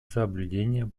соблюдения